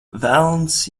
velns